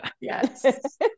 Yes